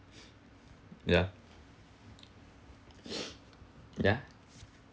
ya ya